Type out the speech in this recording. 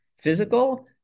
physical